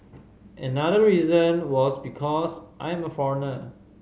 another reason was because I am a foreigner